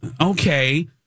Okay